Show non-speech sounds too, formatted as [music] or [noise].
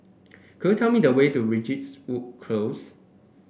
could you tell me the way to [unintelligible] Close